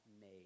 made